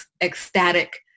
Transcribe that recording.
ecstatic